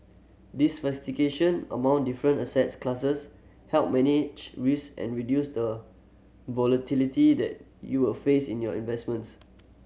among different asset classes help manage risk and reduce the volatility that you will face in your investments